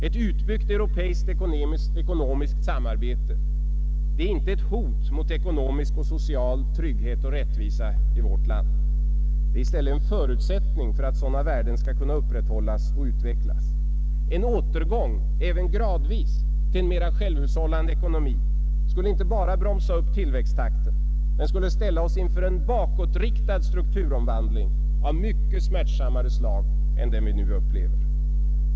Ett utbyggt europeiskt ekonomiskt samarbete är inte ett hot mot ekonomisk och social trygghet och rättvisa i vårt land. Det är i stället en förutsättning för att sådana värden skall kunna upprätthållas och utvecklas. En återgång även gradvis till en mera självhushållande ekonomi skulle inte bara bromsa upp tillväxttakten. Den skulle ställa oss inför en bakåtriktad strukturomvandling av mycket smärtsammare slag än den vi nu upplever.